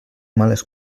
males